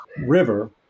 river